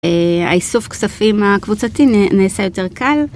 האיסוף כספים הקבוצתי נעשה יותר קל.